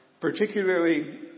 particularly